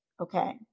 Okay